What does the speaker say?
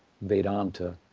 Vedanta